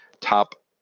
top